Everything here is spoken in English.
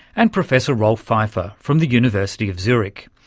and professor rolf pfeifer from the university of zurich.